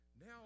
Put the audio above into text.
now